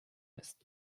ist